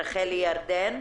רחל ירדן,